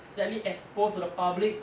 sadly exposed to the public